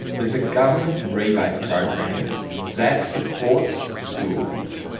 there is a government rebate program that supports schools.